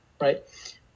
Right